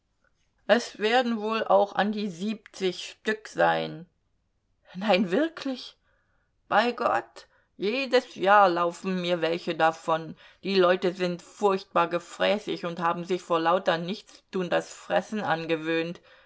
es werden wohl auch an die siebzig stück sein nein wirklich bei gott jedes jahr laufen mir welche davon die leute sind furchtbar gefräßig und haben sich vor lauter nichtstun das fressen angewöhnt